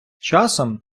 часом